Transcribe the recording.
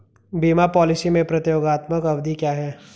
बीमा पॉलिसी में प्रतियोगात्मक अवधि क्या है?